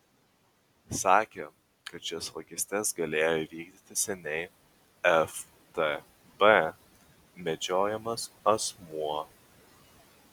sakė kad šias vagystes galėjo įvykdyti seniai ftb medžiojamas asmuo